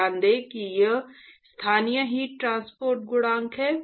ध्यान दें कि यह स्थानीय हीट ट्रांसपोर्ट गुणांक है